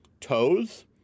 toes